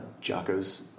Jocko's